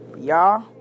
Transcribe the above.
Y'all